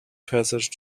passage